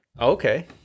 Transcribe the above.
Okay